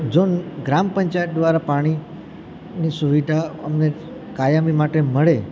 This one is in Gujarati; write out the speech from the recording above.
જો ગ્રામપંચાયત દ્વારા પાણીની સુવિધા અમને કાયમી માટે મળે